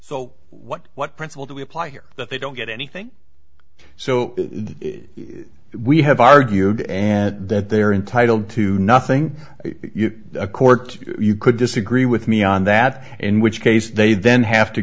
so what what principle do we apply here that they don't get anything so we have argued and that they are entitled to nothing a court you could disagree with me on that in which case they then have to